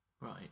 Right